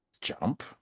Jump